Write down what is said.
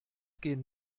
gehen